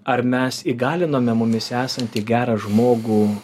ar mes įgalinome mumyse esantį gerą žmogų